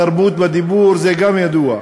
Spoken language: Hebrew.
גם ידוע.